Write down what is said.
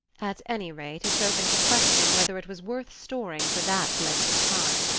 at any rate, it's open to question whether it was worth storing for that length of time.